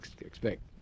expect